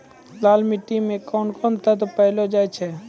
लाल मिट्टी मे कोंन कोंन तत्व पैलो जाय छै?